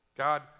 God